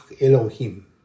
Elohim